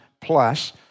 plus